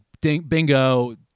Bingo